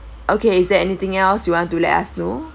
okay is there anything else you want to let us know